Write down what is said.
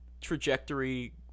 trajectory